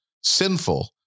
sinful